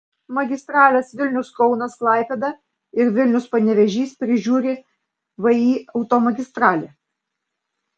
magistrales vilnius kaunas klaipėda ir vilnius panevėžys prižiūri vį automagistralė